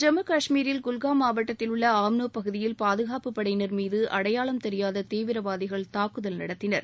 ஜம்மு காஷ்மீரில் குல்காம் மாவட்டத்தில் உள்ள ஆம்னோ பகுதியில் பாதுகாப்புப்படையினர் மீது அடையாளம் தெரியாத தீவிரவாதிகள் தாக்குதல் நடத்தினர்